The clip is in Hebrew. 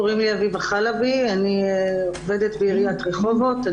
קוראים לי אביבה חלבי ואני עובדת בעיריית רחובות.